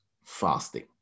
fasting